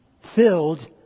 filled